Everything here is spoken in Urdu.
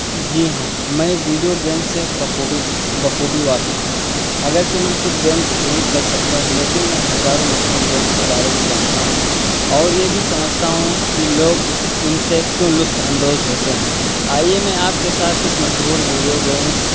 جی ہاں میں ویڈیو گیم سے بخوبی بخوبی واقف ہوں اگرچہ میں خود گیمز نہیں کھیل سکتا لیکن میں ہزاروں مشہور گیمز کے بارے میں جانتا ہوں اور یہ بھی سمجھتا ہوں کہ لوگ اس ان سے کیوں لطف اندوز ہوتے ہیں آئیے میں آپ کے ساتھ کچھ مشہور ویڈیو گیمز